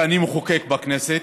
שאני מחוקק בכנסת: